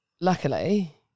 luckily